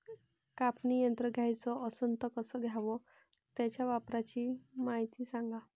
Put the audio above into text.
कापनी यंत्र घ्याचं असन त कस घ्याव? त्याच्या वापराची मायती सांगा